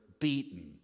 beaten